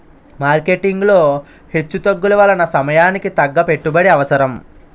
marketing లో హెచ్చుతగ్గుల వలన సమయానికి తగ్గ పెట్టుబడి అవసరం